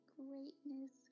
greatness